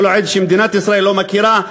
כל עוד מדינת ישראל לא מכירה,